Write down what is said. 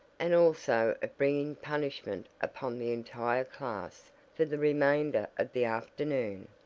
and also of bringing punishment upon the entire class for the remainder of the afternoon.